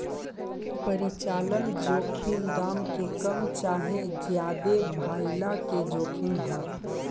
परिचालन जोखिम दाम के कम चाहे ज्यादे भाइला के जोखिम ह